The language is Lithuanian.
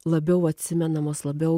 labiau atsimenamos labiau